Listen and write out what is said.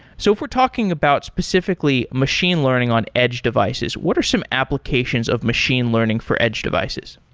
so if we're talking about specifically machine learning on edge devices, what are some applications of machine learning for edge devices?